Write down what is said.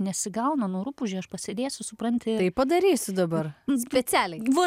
nesigauna nu rupūže aš pasėdėsiu supranti taip padarysiu dabar specialiai va